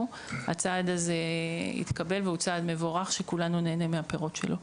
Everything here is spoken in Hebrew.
הצעד הזה התקבל והוא צעד מבורך שכולנו נהנה מהפירות שלו.